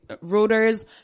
rotors